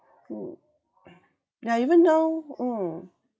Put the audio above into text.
mm ya even though mm